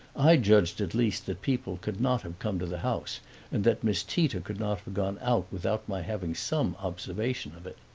i judged at least that people could not have come to the house and that miss tita could not have gone out without my having some observation of it.